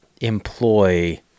employ